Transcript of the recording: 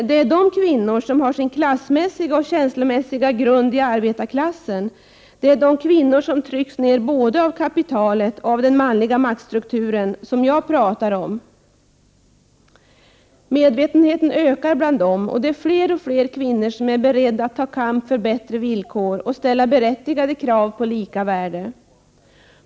Det är de kvinnor som har sin klassmässiga och känslomässiga bakgrund i arbetsklassen, som trycks ned både av kapitalet och av den manliga maktstrukturen som jag talar om. Medvetenheten ökar bland dem. Alltfler kvinnor är beredda att ta kamp för bättre villkor och ställa berättigade krav på lika värde.